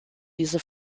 diese